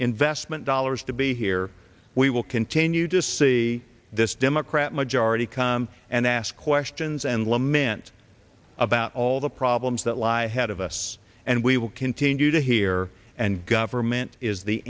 investment dollars to be here we will continue to see this democrat majority come and ask questions and lament about all the problems that lie ahead of us and we will continue to hear and government is the